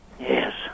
Yes